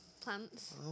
plants